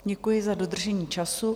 Děkuji za dodržení času.